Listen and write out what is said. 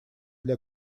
для